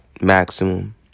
maximum